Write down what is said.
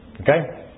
Okay